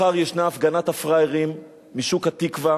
מחר יש הפגנת הפראיירים משוק-התקווה